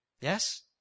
Yes